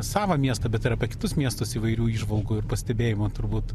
savą miestą bet ir apie kitus miestus įvairių įžvalgų ir pastebėjimų turbūt